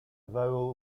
vowel